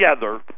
together